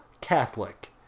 Catholic